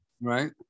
Right